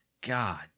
God